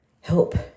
help